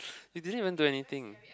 he didn't even do anything